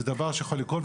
אלה דברים שיכולים לקרות,